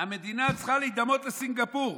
"המדינה צריכה להידמות לסינגפור.